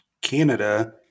canada